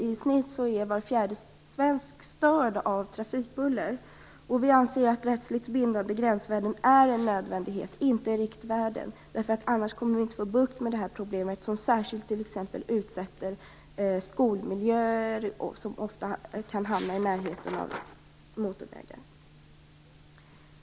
I snitt är var fjärde svensk störd av trafikbuller. Vi anser att rättsligt bindande gränsvärden, inte riktvärden, är en nödvändighet för att vi skall kunna få bukt med bullerproblemet. Särskilt utsatta är skolmiljöer och annat som ofta hamnar i närheten av motorvägar.